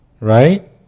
right